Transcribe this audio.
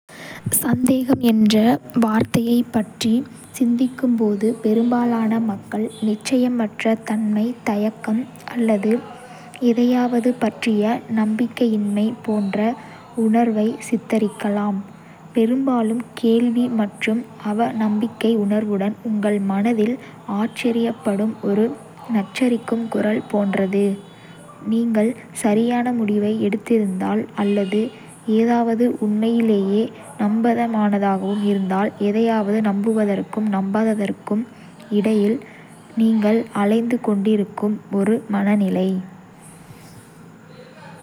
சந்தேகம் என்ற வார்த்தையைப் பற்றி சிந்திக்கும்போது, ​​​​பெரும்பாலான மக்கள் நிச்சயமற்ற தன்மை, தயக்கம் அல்லது எதையாவது பற்றிய நம்பிக்கையின்மை போன்ற உணர்வை சித்தரிக்கலாம், பெரும்பாலும் கேள்வி அல்லது அவநம்பிக்கை உணர்வுடன், உங்கள் மனதில் ஆச்சரியப்படும் ஒரு நச்சரிக்கும் குரல் போன்றது. நீங்கள் சரியான முடிவை எடுத்திருந்தால் அல்லது ஏதாவது உண்மையிலேயே நம்பகமானதாக இருந்தால்.எதையாவது நம்புவதற்கும் நம்பாததற்கும் இடையில் நீங்கள் அலைந்து கொண்டிருக்கும் ஒரு மன நிலை.